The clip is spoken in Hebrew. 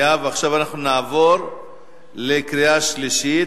נעבור לקריאה שלישית,